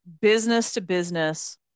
business-to-business